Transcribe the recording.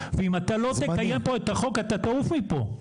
ואם אתה לא תקיים פה את החוק אתה תעוף מפה.